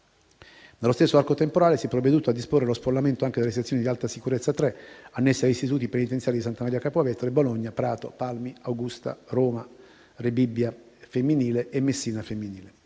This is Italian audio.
Nello stesso arco temporale, si è provveduto a disporre lo sfollamento anche delle sezioni di alta sicurezza 3 annesse agli istituti penitenziari di Santa Maria Capua Vetere, Bologna, Prato, Palmi, Augusta, Roma, Rebibbia femminile e Messina femminile.